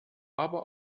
aber